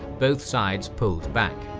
both sides pulled back.